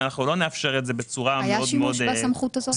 ואנחנו לא נאפשר את זה בצורה מאוד פזיזה.